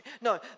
No